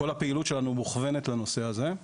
כל הפעילות שלנו מכוונת לנושא הזה.